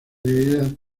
dividida